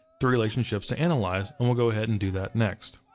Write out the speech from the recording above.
three relationships to analyze and we'll go ahead and do that next.